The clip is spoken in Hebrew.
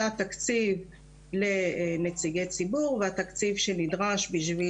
זה התקציב לנציגי ציבור והתקציב שנדרש כדי